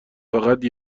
فقط